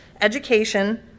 education